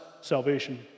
salvation